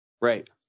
Right